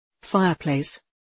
Fireplace